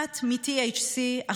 / אחת מ-THC,